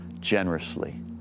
generously